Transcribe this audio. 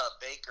Baker